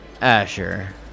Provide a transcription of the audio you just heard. Asher